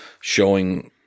showing